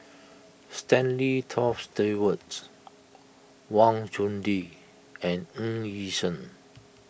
Stanley Toft Stewart's Wang Chunde and Ng Yi Sheng